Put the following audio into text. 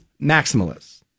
maximalists